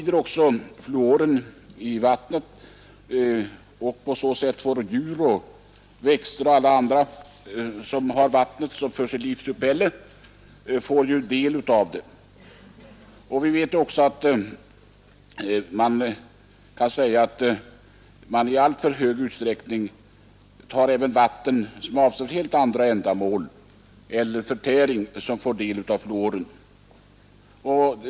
När fluoren tillsätts till vatten sprids den även till djur och växter, som ju behöver vatten för livsuppehället. Vi vet också att vatten som är avsett för helt andra ändamål än förtäring får del av fluoren.